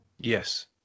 Yes